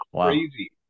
crazy